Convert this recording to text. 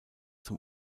zum